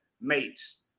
mates